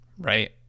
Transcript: Right